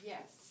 Yes